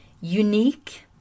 unique